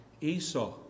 Esau